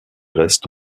restes